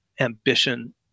ambition